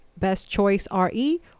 bestchoicere